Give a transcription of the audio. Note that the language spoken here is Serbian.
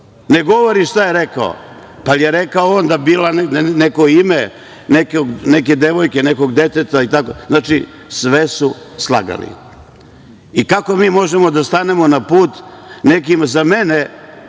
ne govori šta je rekao. Pa, je li je rekao on da je bilo neko ime neke devojke, nekog deteta itd. Znači, sve su slagali. Kako mi možemo da stanemo na put nekim, za mene